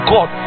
God